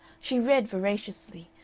she read voraciously,